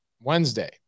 Wednesday